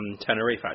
Tenerife